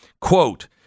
Quote